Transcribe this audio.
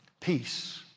Peace